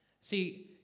See